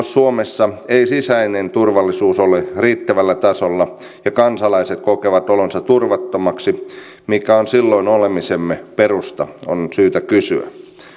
suomessa ei sisäinen turvallisuus ole riittävällä tasolla ja kansalaiset kokevat olonsa turvattomaksi mikä on silloin olemisemme perusta on syytä kysyä